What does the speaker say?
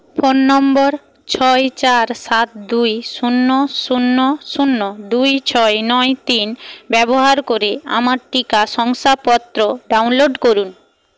phone number ছয় চার সাত দুই শূন্য শূন্য শূন্য দুই ছয় নয় তিন ব্যবহার করে আমার টিকা শংসাপত্র ডাউনলোড করুন